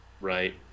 Right